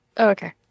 Okay